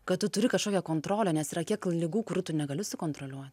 kad tu turi kažkokią kontrolę nes yra kiek ligų kurių tu negali sukontroliuot